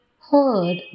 heard